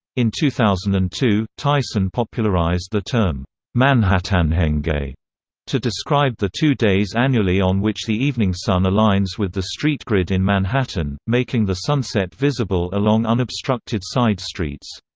in two thousand and two, tyson popularized the term manhattanhenge manhattanhenge to describe the two days annually on which the evening sun aligns with the street grid in manhattan, making the sunset visible along unobstructed side streets.